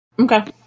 Okay